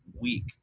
week